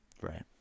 Right